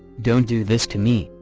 don't do this to me,